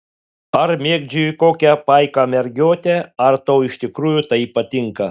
ar mėgdžioji kokią paiką mergiotę ar tau iš tikrųjų tai patinka